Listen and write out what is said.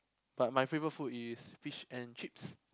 but my favourite food is fish and chips